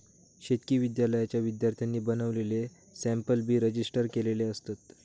शेतकी विद्यालयाच्या विद्यार्थ्यांनी बनवलेले सॅम्पल बी रजिस्टर केलेले असतत